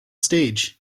stage